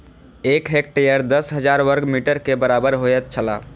एक हेक्टेयर दस हजार वर्ग मीटर के बराबर होयत छला